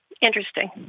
interesting